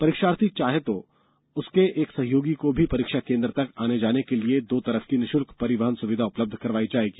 परीक्षार्थी यदि चाहे तो उसके एक सहयोगी को भी परीक्षा केंद्र तक आने जाने के लिए दो तरफ की निःशुल्क परिवहन सुविधा उपलब्ध करवाई जाएगी